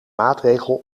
maatregel